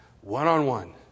One-on-one